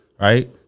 right